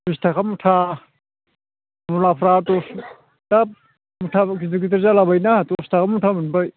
बिस थाखा मुथा मुलाफोरा दा मुथाबो गिदिर गिदिर जालाबायो ना दस थाखा मुथा मोनबाय